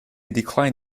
declined